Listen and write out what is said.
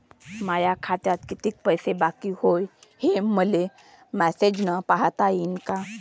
माया खात्यात कितीक पैसे बाकी हाय, हे मले मॅसेजन पायता येईन का?